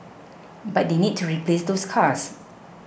but they need to replace those cars